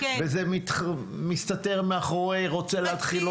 וזה מסתתר מאחורי רוצה להתחיל,